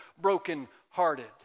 brokenhearted